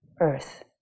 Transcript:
earth